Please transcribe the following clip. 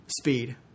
speed